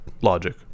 Logic